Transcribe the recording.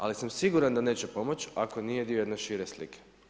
Ali sam siguran da neće pomoći ako nije dio jedne šire slike.